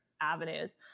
avenues